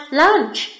lunch